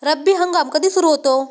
रब्बी हंगाम कधी सुरू होतो?